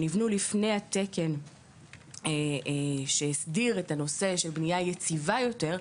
שנבנו לפני התקן שהסדיר את הנושא של בנייה יציבה יותר,